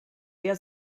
der